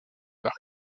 parc